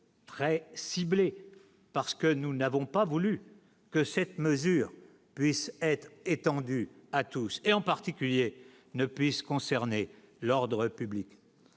très ciblée parce que nous n'avons pas voulu que cette mesure puisse être étendue à tous et en particulier ne puisse concerner l'ordre public,